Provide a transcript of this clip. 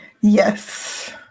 yes